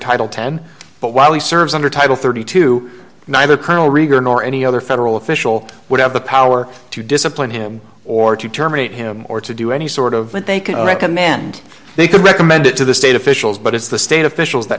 title ten but while he serves under title thirty two neither colonel rieger nor any other federal official would have the power to discipline him or to terminate him or to do any sort of what they can or recommend they could recommend it to the state officials but it's the state officials that